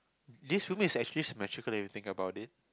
this for me is actually symmetrical everything about it